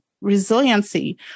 Resiliency